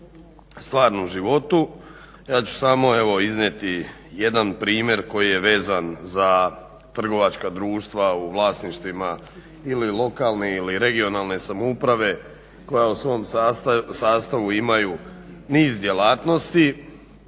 stvarnom životu. Ja ću samo evo iznijeti jedan primjer koji je vezan za trgovačka društva u vlasništvima ili lokalne ili regionalne samouprave koje u svom sastavu imaju niz djelatnosti